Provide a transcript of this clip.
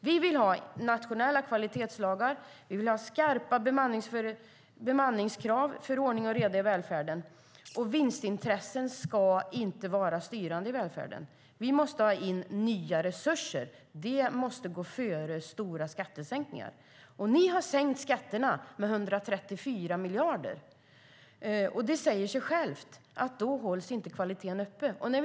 Vi vill ha nationella kvalitetslagar och skarpa bemanningskrav för ordning och reda i välfärden. Vinstintresset ska inte vara styrande i välfärden. Vi måste ha in nya resurser. Det måste gå före skattesänkningar. Ni har sänkt skatterna med 134 miljarder. Det säger sig självt att då kan kvaliteten inte hållas uppe.